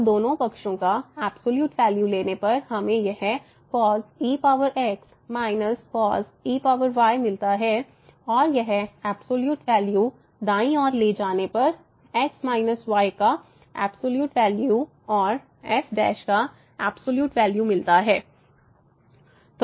तो दोनों पक्षों का एब्सॉल्यूट वैल्यू लेने पर हमें यह cos ex−cos ey मिलता है और यह एब्सॉल्यूट वैल्यू दाईं ओर ले जाने पर x −y का एब्सॉल्यूट वैल्यू और f का एब्सॉल्यूट वैल्यू मिलता है